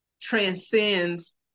transcends